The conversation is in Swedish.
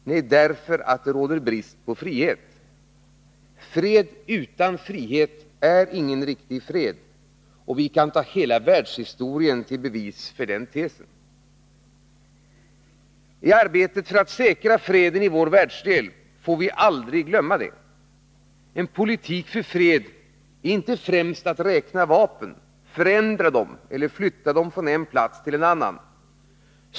Nej, därför att det råder brist på frihet. Fred utan frihet är ingen riktig fred. Vi kan ta hela världshistorien till bevis för den tesen. I arbetet för att säkra freden i vår världsdel, får vi aldrig glömma det. En politik för fred är inte främst att räkna vapen, förändra dem eller flytta dem från en plats till en annan.